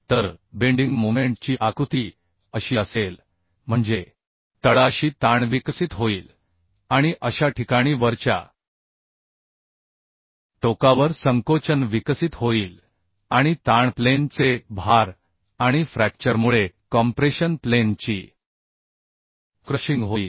तर वाकण्याच्या मोमेंट ची आकृती अशी असेल म्हणजे तळाशी ताण विकसित होईल आणि अशा ठिकाणी वरच्या टोकावर संकोचन विकसित होईल आणि ताण प्लेन चे भार आणि फ्रॅक्चरमुळे कॉम्प्रेशन प्लेन ची क्रशिंग होईल